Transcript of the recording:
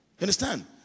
understand